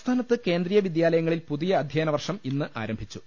സംസ്ഥാനത്ത് കേന്ദ്രീയവിദ്യാലയങ്ങളിൽ പുതിയ അധ്യയന വർഷം ഇന്ന് ആരംഭിച്ചു